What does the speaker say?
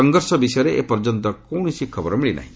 ସଂଘର୍ଷ ବିଷୟରେ ଏପର୍ଯ୍ୟନ୍ତ କୌଣସି ଖବର ମିଳି ନାହିଁ